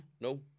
no